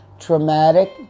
Traumatic